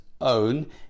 own